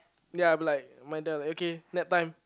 ya but like my dad like okay nap time